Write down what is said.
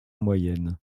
moyenne